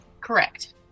Correct